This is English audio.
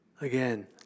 Again